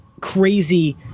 crazy